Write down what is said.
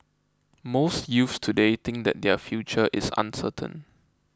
most youths today think that their future is uncertain